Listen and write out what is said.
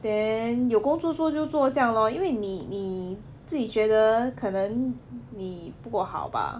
then 有工作做就做酱 lor 因为你你自己觉得可能你不够好吧